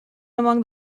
among